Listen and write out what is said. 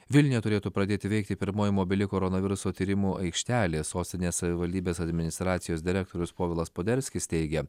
vilniuje turėtų pradėti veikti pirmoji mobili koronaviruso tyrimų aikštelė sostinės savivaldybės administracijos direktorius povilas poderskis teigė